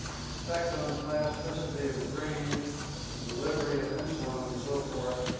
its effect on plasticity of the brain and delivery of insulin, and so forth.